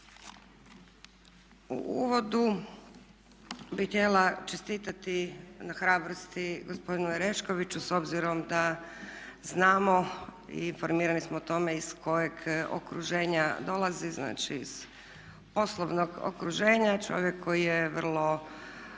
u uvodu bi htjela čestitati na hrabrosti gospodinu Oreškoviću s obzirom da znamo i informirani smo o tome iz kojeg okruženja dolazi, znači iz poslovnog okruženja. Čovjek koje je bio